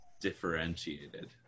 differentiated